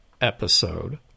episode